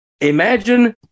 imagine